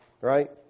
right